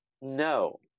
No